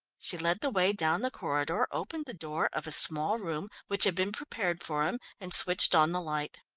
she led the way down the corridor, opened the door of a small room which had been prepared for him, and switched on the light.